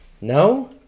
No